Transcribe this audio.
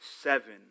seven